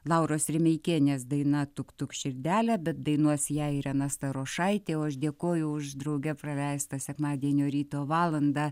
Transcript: lauros remeikienės daina tuk tuk širdele bet dainuos ją irena starošaitė o aš dėkoju už drauge praleistą sekmadienio ryto valandą